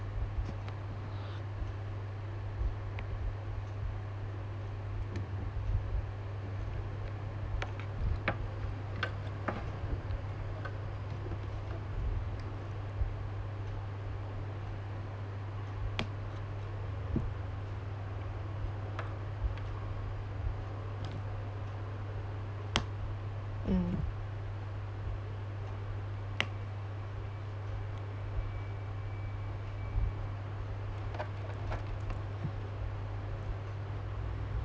mm